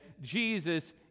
Jesus